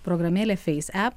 programėlė feis ep